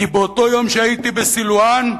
כי באותו יום שהייתי בסילואן,